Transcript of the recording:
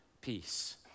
peace